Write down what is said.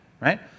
right